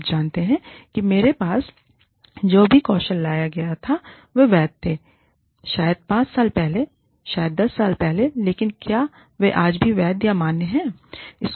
तो आप जानते हैं मेरे पास जो भी कौशल लाया गया था वे वैध थे शायद 5 साल पहले शायद 10 साल पहले लेकिन क्या वेआजभी वैधमान्यहैं